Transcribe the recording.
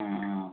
അ അ ഓക്കെ